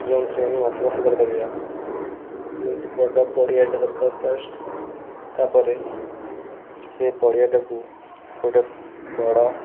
ଯେଉଁଥିରେ ଆମେ ମାଛ ଚାଷ କରିପାରିବା ଯୋଉଁଠି ବଡ଼ ପଡ଼ିଆଟେ ଦରକାର ଫାର୍ଷ୍ଟ୍ ତାପରେ ସେ ପଡ଼ିଆଟାକୁ ଗୋଟେ ବଡ଼